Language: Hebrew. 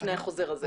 לפני החוזר הזה.